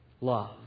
love